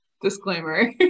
disclaimer